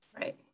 Right